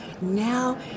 now